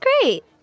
great